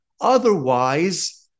Otherwise